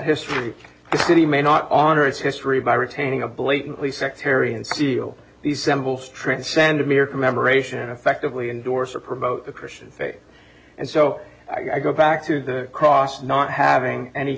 history city may not honor its history by retaining a blatantly sectarian seal these symbols transcend mere commemoration affectively indorser promote the christian faith and so i go back to the cross not having any